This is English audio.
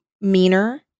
meaner